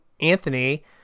Anthony